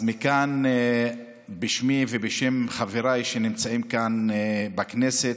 אז מכאן, בשמי ובשם חבריי שנמצאים כאן בכנסת,